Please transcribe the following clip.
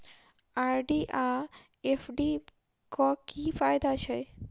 RD आ FD क की फायदा छै?